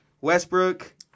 Westbrook